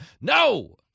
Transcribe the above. No